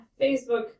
Facebook